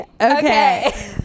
Okay